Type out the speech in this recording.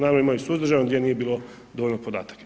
Naravno ima i suzdržano gdje nije bilo dovoljno podataka.